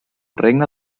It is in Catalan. regne